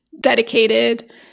dedicated